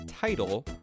title